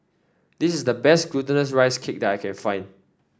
this is the best Glutinous Rice Cake that I can find